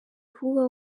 kuvuga